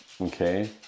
Okay